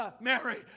Mary